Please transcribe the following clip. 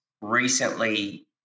recently